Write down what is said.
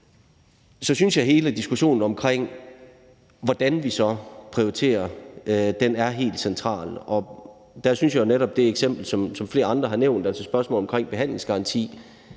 Så synes jeg, at hele diskussionen omkring, hvordan vi så prioriterer, er helt central. Der synes jeg jo netop, at det eksempel, som flere andre har nævnt, altså spørgsmålet omkring behandlingsgaranti,